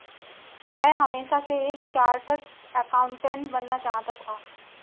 वह हमेशा से एक चार्टर्ड एकाउंटेंट बनना चाहता था